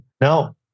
No